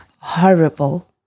horrible